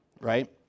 right